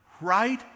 right